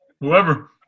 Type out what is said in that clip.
Whoever